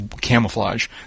camouflage